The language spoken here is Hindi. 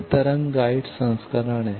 यह तरंग गाइड संस्करण है